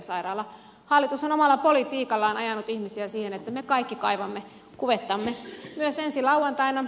hallitus on omalla politiikallaan ajanut ihmisiä siihen että me kaikki kaivamme kuvettamme myös ensi lauantaina